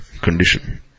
condition